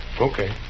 Okay